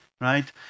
right